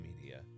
media